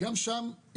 גם שם,